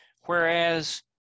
whereas